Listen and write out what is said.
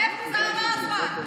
עבר הזמן.